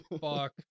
fuck